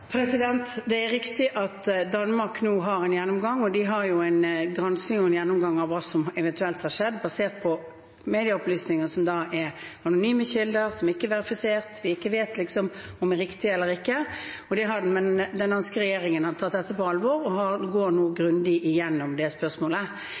Det er riktig at Danmark nå har en gjennomgang. De har en gransking og en gjennomgang av hva som eventuelt har skjedd, basert på medieopplysninger fra anonyme kilder, som ikke er verifisert, og som vi ikke vet om er riktige eller ikke. Den danske regjeringen har tatt dette på alvor og går nå grundig gjennom det spørsmålet. Vi har